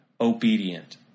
obedient